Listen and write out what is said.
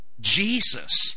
Jesus